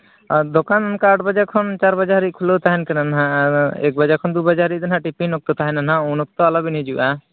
ᱫᱚᱠᱟᱱ ᱟᱴ ᱵᱟᱡᱮ ᱠᱷᱚᱱ ᱪᱟᱨ ᱵᱟᱡᱮ ᱠᱷᱩᱞᱟᱹᱣ ᱛᱟᱦᱮᱸᱱ ᱠᱟᱱᱟᱱᱟᱜ ᱟᱨ ᱮᱠ ᱵᱟᱡᱮ ᱠᱷᱚᱱ ᱫᱩ ᱵᱟᱡᱮ ᱫᱚ ᱱᱟᱜ ᱴᱤᱯᱤᱱ ᱚᱠᱛᱚ ᱛᱟᱦᱮᱱᱟ ᱱᱟᱜ ᱩᱱ ᱚᱠᱛᱚ ᱟᱞᱚᱵᱤᱱ ᱦᱤᱡᱩᱜᱼᱟ